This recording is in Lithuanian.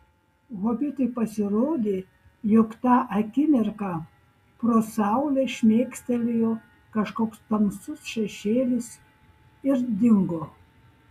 hobitui pasirodė jog tą akimirką pro saulę šmėkštelėjo kažkoks tamsus šešėlis ir dingo